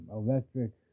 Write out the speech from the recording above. electric